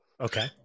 Okay